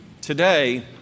Today